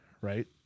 right